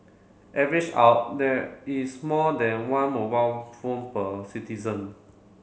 average out there is more than one mobile phone per citizen